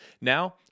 Now